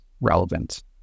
relevant